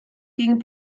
gegen